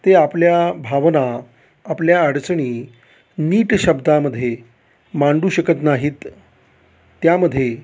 ते आपल्या भावना आपल्या अडचणी मीट शब्दामध्ये मांडू शकत नाहीत त्यामध्ये